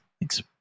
Thanks